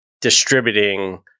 distributing